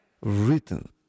written